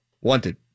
wanted